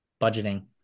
Budgeting